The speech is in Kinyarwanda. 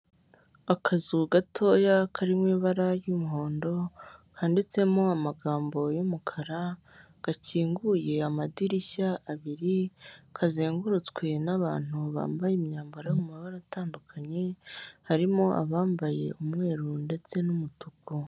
Akazu gatoya karimo ibara ry'umuhondo handitsemo amagambo y'umukara gakinguye amadirishya abiri kazengurutswe n'abantu bambaye imyambaro mu mabara atandukanye, harimo abambaye umweru ndetse n'umutuku.